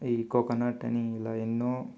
ఈ కోకోనట్ అని ఇలా ఎన్నో